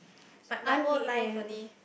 like my whole life only